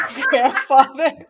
grandfather